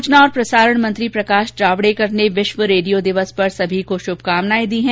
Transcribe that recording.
सूचना और प्रसारण मंत्री प्रकाश जावेडकर ने विश्व रेडियो दिवस पर सभी को शुभकामनाएं दी हैं